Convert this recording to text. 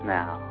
now